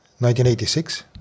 1986